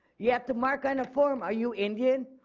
you have to mark on a form are you indian,